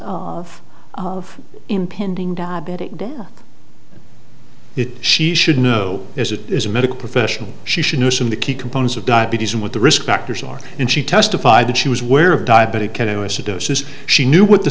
of impending diabetic did it she should know as it is a medical professional she should know some of the key components of diabetes and what the risk factors are and she testified that she was where a diabetic ketoacidosis she knew what the